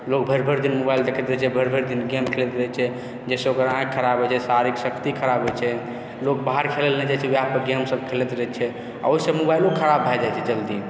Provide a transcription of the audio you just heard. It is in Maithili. लोक भरि भरि दिन मोबाइल देखैत रहैत छै भरि भरि दिन गेम खेलैत रहैत छै जाहिसँ ओकरा आँखि खराब होइत छै शारीरिक शक्ति खराब होइत छै लोक बाहर खेलय लेल नहि जाइत छै उएहपर गेमसभ खेलैत रहै छै आ ओहिसँ मोबाइलो खराब भए जाइत छै जल्दी